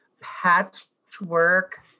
patchwork